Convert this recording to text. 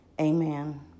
Amen